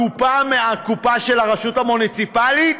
הקופה של הרשות המוניציפלית?